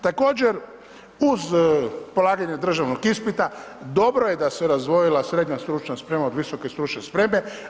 Također, uz polaganje državnog ispita dobro je da se razdvojila srednja stručna sprema od visoke stručne spreme.